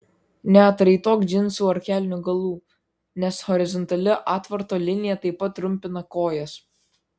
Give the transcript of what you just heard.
neatraitok džinsų ar kelnių galų nes horizontali atvarto linija taip pat trumpina kojas